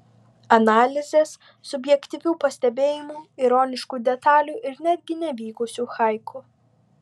analizės subjektyvių pastebėjimų ironiškų detalių ir netgi nevykusių haiku